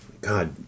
God